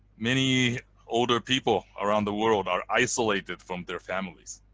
many older people around the world are isolated from their families,